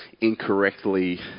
incorrectly